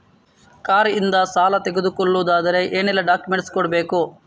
Car ಇಂದ ಸಾಲ ತಗೊಳುದಾದ್ರೆ ಏನೆಲ್ಲ ಡಾಕ್ಯುಮೆಂಟ್ಸ್ ಕೊಡ್ಬೇಕು?